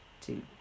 two